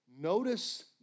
Notice